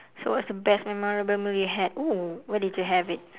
so what's the best memorable meal you had oo where did you have it